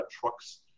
trucks